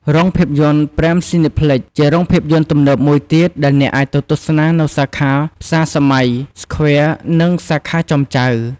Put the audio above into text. រោងភាពយន្ត ប្រែមស៊ីនេផ្លិច (Prime Cineplex) ជារោងភាពយន្តទំនើបមួយទៀតដែលអ្នកអាចទៅទស្សនា នៅសាខា ផ្សារសម័យ សឃ្វែរ (Square) និងសាខា ចោមចៅ។